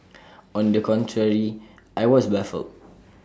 on the contrary I was baffled